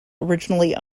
originally